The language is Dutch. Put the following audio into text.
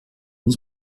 ons